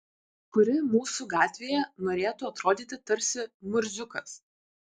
kuri mūsų gatvėje norėtų atrodyti tarsi murziukas